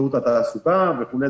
נתונים על תעסוקה וכולי,